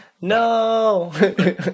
No